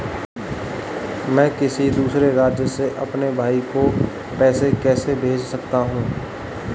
मैं किसी दूसरे राज्य से अपने भाई को पैसे कैसे भेज सकता हूं?